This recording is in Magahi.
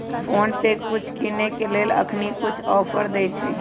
फोनपे कुछ किनेय के लेल अखनी कुछ ऑफर देँइ छइ